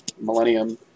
millennium